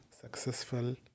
successful